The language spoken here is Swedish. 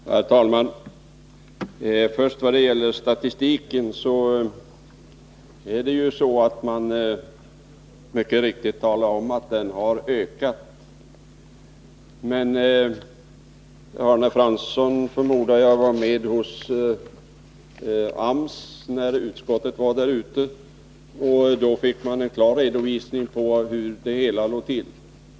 Herr talman! När det först gäller statistiken så visar denna mycket riktigt att antalet sysselsatta har ökat. Men jag förmodar att Arne Fransson var med vid utskottets besök hos AMS, då vi fick en klar redovisning av hur det hela ligger till.